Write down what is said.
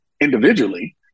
individually